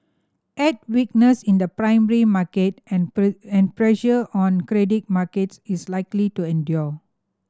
add weakness in the primary market and and pressure on credit markets is likely to endure